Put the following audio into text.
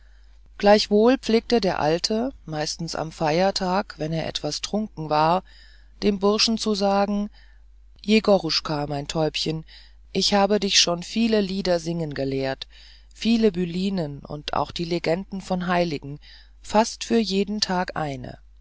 gleichwohl pflegte der alte meistens am feiertag wenn er etwas trunken war dem burschen zu sagen jegoruschka mein täubchen ich habe dich schon viele lieder singen gelehrt viele bylinen und auch die legenden von heiligen fast für jeden tag eine